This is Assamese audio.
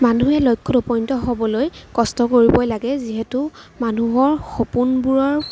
মানুহে লক্ষ্য়ত উপনীত হ'বলৈ কষ্ট কৰিবই লাগে যিহেতু মানুহৰ সপোনবোৰৰ